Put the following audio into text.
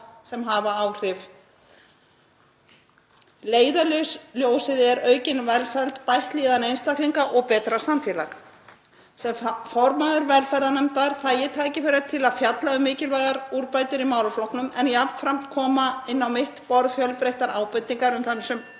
sem hafa áhrif. Leiðarljósið er aukin velsæld, bætt líðan einstaklinga og betra samfélag. Sem formaður velferðarnefndar fæ ég tækifæri til að fjalla um mikilvægar úrbætur í málaflokknum en jafnframt koma inn á mitt borð fjölbreyttar ábendingar um það sem